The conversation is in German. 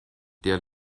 der